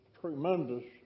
tremendous